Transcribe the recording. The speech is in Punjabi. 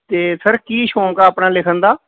ਅਤੇ ਸਰ ਕੀ ਸ਼ੌਂਕ ਆ ਆਪਣਾ ਲਿਖਣ ਦਾ